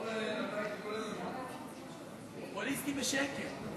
פופוליסטי בשקל.